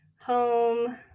home